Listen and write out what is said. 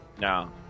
No